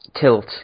Tilt